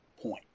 point